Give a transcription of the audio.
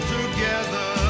together